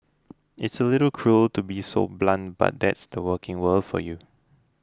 it's a little cruel to be so blunt but that's the working world for you